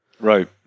Right